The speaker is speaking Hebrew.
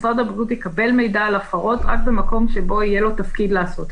משרד הבריאות יקבל מידע על הפרות רק במקום שבו יהיה לו תפקיד לעשות.